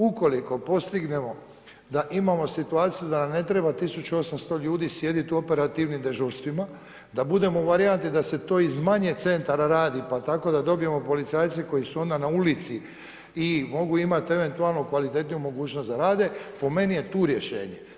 Ukoliko postignemo da imamo situaciju, da nam ne treba 1800 ljudi sjediti u operativnim dežurstvima, da budemo u varijanti da se to iz manje centara radi, pa tako da dobijemo policajce koji su onda na ulici i mogu imati eventualnu kvalitetniju mogućnost da rade, po meni je tu rješenje.